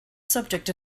subject